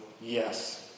Yes